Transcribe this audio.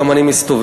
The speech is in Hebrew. גם אני מסתובב.